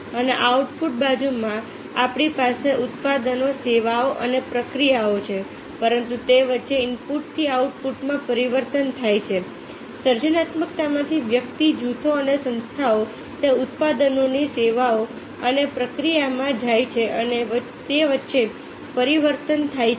અને આઉટપુટ બાજુમાં આપણી પાસે ઉત્પાદનો સેવાઓ અને પ્રક્રિયાઓ છે પરંતુ તે વચ્ચે ઇનપુટથી આઉટપુટમાં પરિવર્તન થાય છે સર્જનાત્મકતામાંથી વ્યક્તિ જૂથો અને સંસ્થાઓ તે ઉત્પાદનોની સેવાઓ અને પ્રક્રિયાઓમાં જાય છે અને તે વચ્ચે પરિવર્તન થાય છે